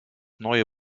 neue